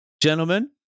Gentlemen